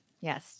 Yes